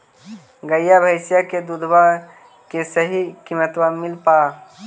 गईया भैसिया के दूधबा के सही किमतबा मिल पा?